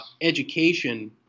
education